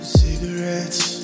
cigarettes